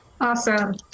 awesome